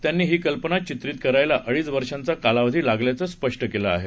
त्यांनीहीकल्पनाचित्रितकरायलाअडीचवर्षाचाकालावधीलागल्याचंस्पष्ट केलं आहे